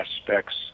aspects